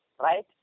Right